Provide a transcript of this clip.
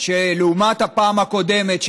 שלעומת הפעם הקודמת,